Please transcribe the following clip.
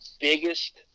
biggest